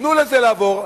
תנו לזה לעבור,